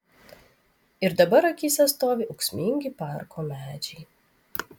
ir dabar akyse stovi ūksmingi parko medžiai